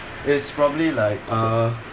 is probably like uh